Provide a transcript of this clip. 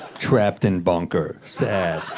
trapped in bunker, sad.